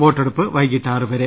വോട്ടെടുപ്പ് വൈകിട്ട് ആറുവരെ